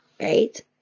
Right